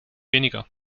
weniger